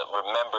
remember